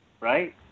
right